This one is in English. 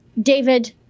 David